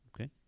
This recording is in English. Okay